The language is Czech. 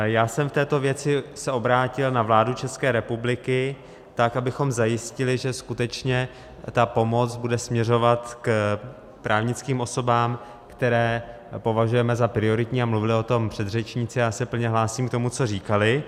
Já jsem se v této věci obrátil na vládu České republiky, tak abychom zajistili, že skutečně ta pomoc bude směřovat k právnickým osobám, které považujeme za prioritní, a mluvili o tom předřečníci a já se plně hlásím k tomu, co říkali.